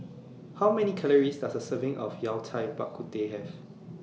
How Many Calories Does A Serving of Yao Cai Bak Kut Teh Have